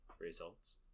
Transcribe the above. results